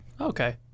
Okay